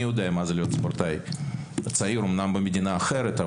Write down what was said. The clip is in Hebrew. יודע מה זה להיות ספורטאי צעיר אומנם במדינה אחרת,